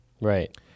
Right